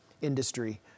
industry